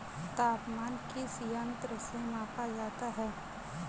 तापमान किस यंत्र से मापा जाता है?